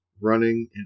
running